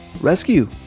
Rescue